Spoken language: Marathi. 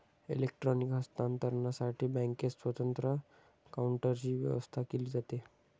इलेक्ट्रॉनिक हस्तांतरणसाठी बँकेत स्वतंत्र काउंटरची व्यवस्था केली जाते